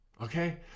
okay